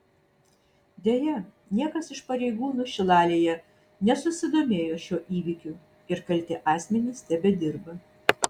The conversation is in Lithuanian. deja niekas iš pareigūnų šilalėje nesusidomėjo šiuo įvykiu ir kalti asmenys tebedirba